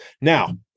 Now